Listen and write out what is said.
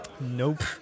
Nope